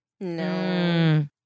No